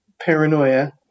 paranoia